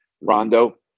Rondo